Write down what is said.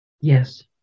Yes